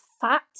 fat